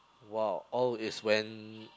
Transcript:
!wow! all is when